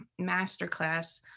masterclass